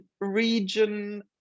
region